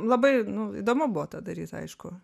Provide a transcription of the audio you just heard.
labai įdomu buvo tą daryt aišku